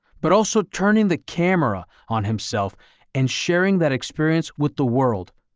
but also turning the camera on himself and sharing that experience with the world.